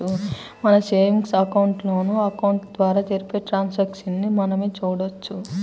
మన savings account, loan అకౌంట్ల ద్వారా జరిపే ట్రాన్సాక్షన్స్ ని మనమే చూడొచ్చు